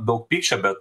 daug pykčio bet